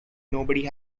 nobody